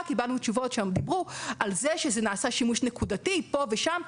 קיבלנו תשובות על זה שנעשה שימוש נקודתי פה ושם.